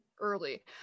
early